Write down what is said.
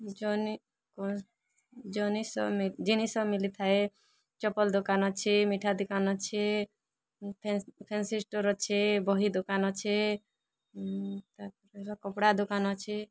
ଜିନିଷ ମିଳିଥାଏ ଚପଲ ଦୋକାନ ଅଛି ମିଠା ଦୋକାନ ଅଛି ଫ୍ୟାନ୍ସି ଷ୍ଟୋର୍ ଅଛି ବହି ଦୋକାନ ଅଛି ତାପରେ କପଡ଼ା ଦୋକାନ ଅଛି